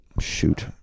shoot